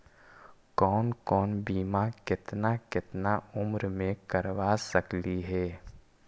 कौन कौन बिमा केतना केतना उम्र मे करबा सकली हे?